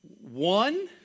one